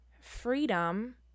freedom